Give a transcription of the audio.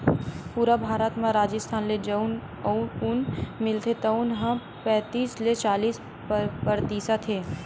पूरा भारत म राजिस्थान ले जउन ऊन मिलथे तउन ह पैतीस ले चालीस परतिसत हे